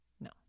no